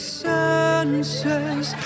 senses